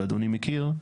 ואדוני מכיר,